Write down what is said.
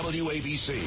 wabc